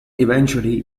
eventually